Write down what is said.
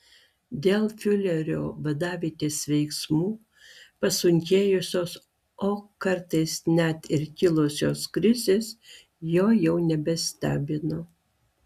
dėl fiurerio vadavietės veiksmų pasunkėjusios o kartais net ir kilusios krizės jo jau nestebino